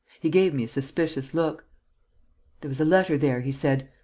he gave me a suspicious look there was a letter there he said.